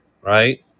right